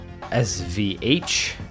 svh